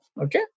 Okay